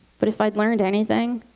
but if i'd learned anything,